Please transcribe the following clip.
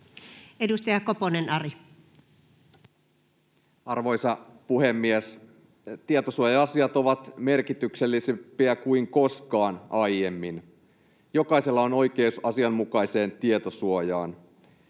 Edustaja Koponen, Ari. Arvoisa puhemies! Tietosuoja-asiat ovat merkityksellisempiä kuin koskaan aiemmin. Jokaisella on oikeus asianmukaiseen tietosuojaan.